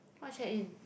what check in